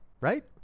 right